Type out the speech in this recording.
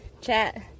chat